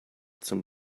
zum